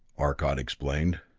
arcot explained,